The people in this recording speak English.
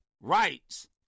rights